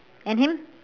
and him